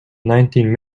nineteen